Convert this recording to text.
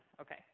Okay